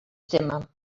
tema